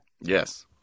Yes